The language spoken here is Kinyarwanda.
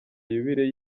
yubile